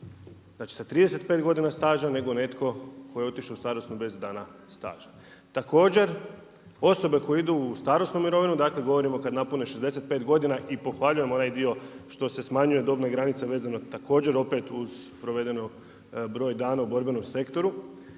znači sa 35 godina staža, nego netko tko je otišao u starosnu bez dana staža. Također, osobe koje idu u starosnu mirovinu, dakle govorimo kad napune 65 godina i pohvaljujem onaj dio što se smanjuju dobna granica vezano također opet uz provedeno broj dana u borbenom sektoru,